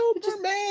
superman